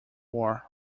war